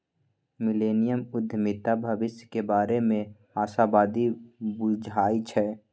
millennium उद्यमीता भविष्य के बारे में आशावादी बुझाई छै